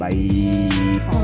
Bye